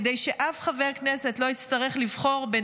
כדי שאף חבר כנסת לא יצטרך לבחור בין